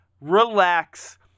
relax